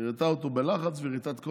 היא הראתה אותו בלחץ והראתה את כל